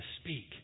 speak